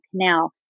canal